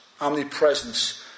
omnipresence